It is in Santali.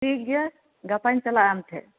ᱴᱷᱤᱠ ᱜᱮᱭᱟ ᱜᱟᱯᱟᱧ ᱪᱟᱞᱟᱜᱼᱟ ᱟᱢ ᱴᱷᱮᱱ